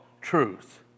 truth